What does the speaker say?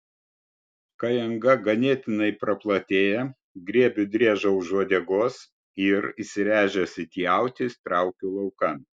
kai anga ganėtinai praplatėja griebiu driežą už uodegos ir įsiręžęs it jautis traukiu laukan